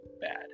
bad